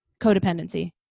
codependency